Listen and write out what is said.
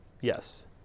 yes